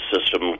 system